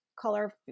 color